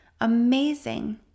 amazing